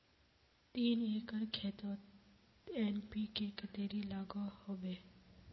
तीन एकर खेतोत एन.पी.के कतेरी लागोहो होबे?